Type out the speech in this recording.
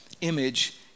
image